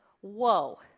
whoa